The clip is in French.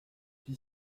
pie